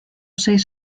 seis